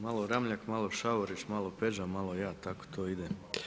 Malo Ramljak, malo Šavorić, malo Peđa, malo ja tko to ide.